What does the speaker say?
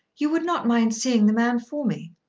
you would not mind seeing the man for me.